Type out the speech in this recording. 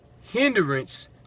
hindrance